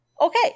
Okay